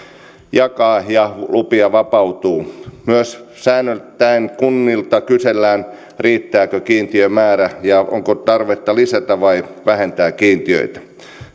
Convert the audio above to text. jakaa ja lupia vapautuu myös säännöittäin kunnilta kysellään riittääkö kiintiömäärä ja onko tarvetta lisätä vai vähentää kiintiöitä